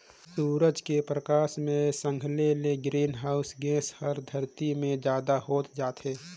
सूरज के परकास मे संघले ले ग्रीन हाऊस गेस हर धरती मे जादा होत जाथे